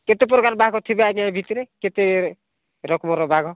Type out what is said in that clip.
କେତେ ପ୍ରକାର ବାଘ ଥିବେ ଆଜ୍ଞା ଏ ଭିତରେ କେତେ ରକମର ବାଘ